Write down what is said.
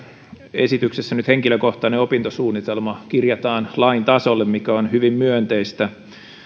esityksessä nyt henkilökohtainen opintosuunnitelma kirjataan lain tasolle mikä on hyvin myönteistä